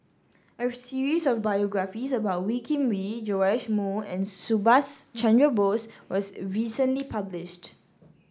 a series of biographies about Wee Kim Wee Joash Moo and Subhas Chandra Bose was recently published